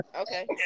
Okay